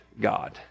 God